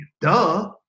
Duh